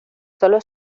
sólo